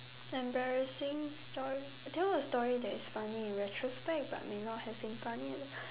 embarrassing story tell a story that is funny in retrospect but may not have been funny at the